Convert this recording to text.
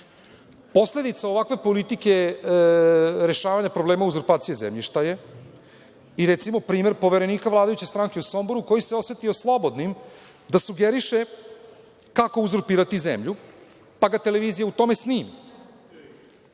nagrađeni. Posledica ovakve politike rešavanje problema uzurpacije zemljišta je i, recimo, primer poverenika vladajuće stranke u Somboru, koji se osetio slobodnim da sugeriše kako uzurpirati zemlju, pa ga televizija u tome snimi.